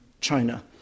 China